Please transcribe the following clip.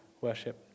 worship